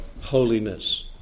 holiness